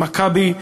מ"מכבי",